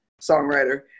songwriter